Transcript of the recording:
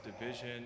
division